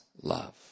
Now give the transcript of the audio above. love